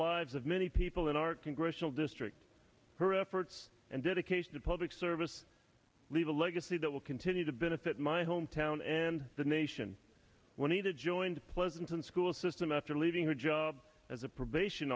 lives of many people in our congressional districts her efforts and dedication to public service leave a legacy that will continue to benefit my hometown and the nation when needed joins pleasanton school system after leaving her job as a probation